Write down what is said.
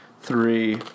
three